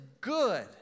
good